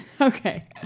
Okay